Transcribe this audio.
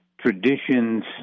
traditions